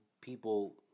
people